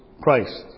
Christ